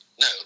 No